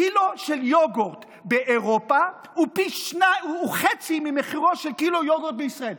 קילו של יוגורט באירופה הוא חצי ממחירו של קילו יוגורט בישראל.